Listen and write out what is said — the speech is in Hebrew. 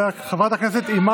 חבר הכנסת אבו שחאדה, תודה.